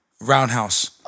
roundhouse